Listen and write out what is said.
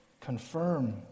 confirm